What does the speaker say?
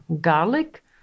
garlic